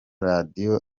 radio